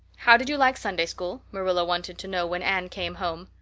how did you like sunday school? marilla wanted to know when anne came home.